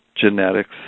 genetics